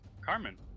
Carmen